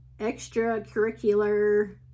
extracurricular